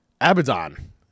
Abaddon